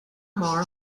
mar